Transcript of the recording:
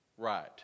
right